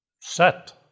set